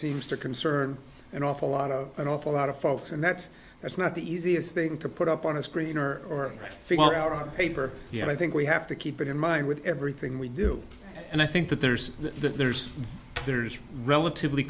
seems to concern an awful lot of an awful lot of folks and that's that's not the easiest thing to put up on a screen or figure out on paper yet i think we have to keep in mind with everything we do and i think that there's the there's there's relatively